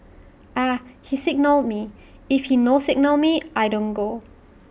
Ah He signal me if he no signal me I don't go